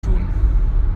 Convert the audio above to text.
tun